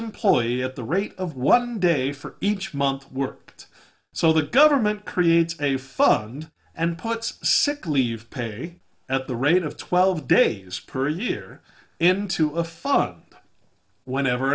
employee at the rate of one day for each month worked so the government creates a fund and puts sick leave pay at the rate of twelve days per year into a phone whenever